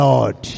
Lord